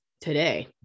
today